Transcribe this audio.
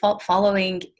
following